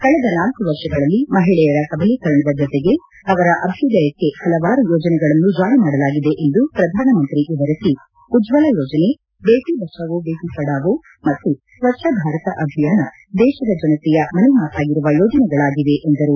ಕಳೆದ ನಾಲ್ಲು ವರ್ಷಗಳಲ್ಲಿ ಮಹಿಳೆಯರ ಸಬಲೀಕರಣದ ಜೊತೆಗೆ ಅವರ ಅಭ್ಯದಯಕ್ಕೆ ಪಲವಾರು ಯೋಜನೆಗಳನ್ನು ಜಾರಿ ಮಾಡಲಾಗಿದೆ ಎಂದು ಪ್ರಧಾನಿಮಂತ್ರಿ ವಿವರಿಸಿ ಉಜ್ವಲ್ ಯೋಜನೆ ಬೇಟಿ ಬಚವೋ ಬೇಟಿ ಪಡಾವೋ ಮತ್ತು ಸ್ವಚ್ಛ ಭಾರತ ಅಭಿಯಾನ ದೇಶದ ಜನತೆಯ ಮನೆಮಾತಾಗಿರುವ ಯೋಜನೆಗಳಾಗಿವೆ ಎಂದರು